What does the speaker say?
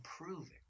improving